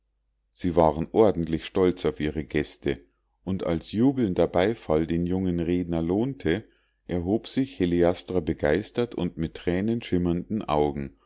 sie waren ordentlich stolz auf ihre gäste und als jubelnder beifall den jungen redner lohnte erhob sich heliastra begeistert und mit tränenschimmernden augen